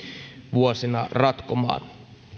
vuosina ratkomaan